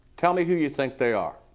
tell me who you think they are.